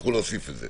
יצטרכו להוסיף את זה.